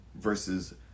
versus